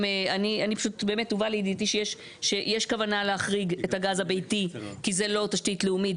פשוט הובא לידיעתי שיש כוונה להחריג את הגז הביתי כי זה לא תשתית לאומי,